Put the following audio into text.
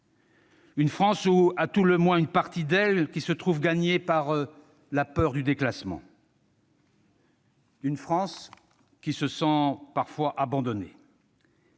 Une France, ou à tout le moins une partie d'elle, qui se trouve gagnée par la peur du déclassement. Une France qui se sent parfois abandonnée.